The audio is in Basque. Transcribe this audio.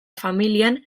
familian